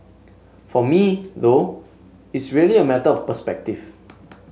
for me though it's really a matter of perspective